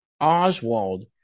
Oswald